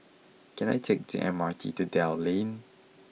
can I take the M R T to Dell Lane